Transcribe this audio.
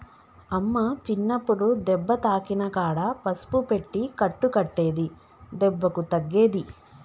అమ్మ చిన్నప్పుడు దెబ్బ తాకిన కాడ పసుపు పెట్టి కట్టు కట్టేది దెబ్బకు తగ్గేది